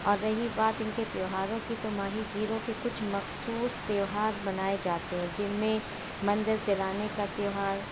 اور رہی بات ان کے تہواروں کی تو ماہی گیروں کے کچھ مخصوص تہوار منائے جاتے ہیں جن میں مندر جلانے کا تہوار